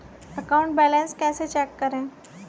Account balance कैसे check करें?